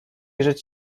rzecz